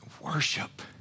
Worship